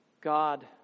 God